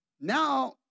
Now